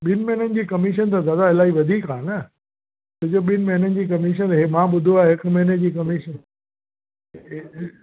ॿिनि महिननि जी कमीशन त दादा इलाही वधीक आहे न छो जो ॿिनि महिननि जी कमीशन हे मां ॿुधियो आहे हिकु महिने जी कमीशन